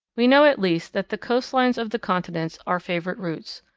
we know at least that the coastlines of the continents are favourite routes.